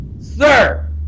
Sir